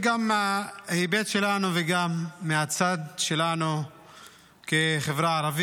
כי שר מגיע לריאיון טלוויזיוני ולא מצליח להגיד כמה נרצחים.